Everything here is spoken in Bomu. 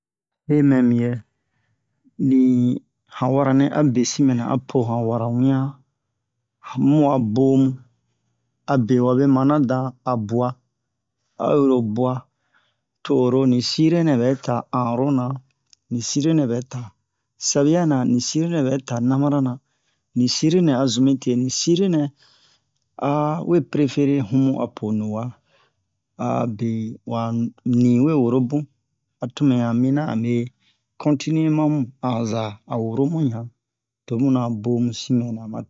he mɛ mi yɛ ni han wara nɛ a besin mɛ apo han wara wiɲan mu bomu abe wabe mana dan a buwa a yiro buwa to oro ni sire nɛ bɛ ta hanro na ni sire nɛ bɛ ta sabiya na ni sire nɛ bɛ ta nabara na ni sire a zun mi te ni sire nɛ a we prefere humu apo nuwa abe wa nu ni we woro bun a to me ɲan miniyan a me kontiniye ma mu an zan a woro mu ɲan to muna bomu sin mɛna matete